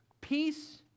Peace